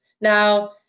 Now